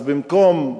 אז במקום,